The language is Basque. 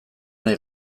nahi